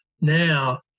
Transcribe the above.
now